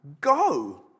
Go